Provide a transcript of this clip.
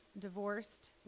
divorced